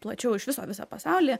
plačiau iš viso visą pasaulį